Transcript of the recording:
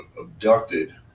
abducted